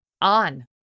on